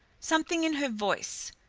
something in her voice,